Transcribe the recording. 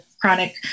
chronic